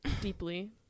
Deeply